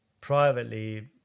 privately